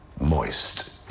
Moist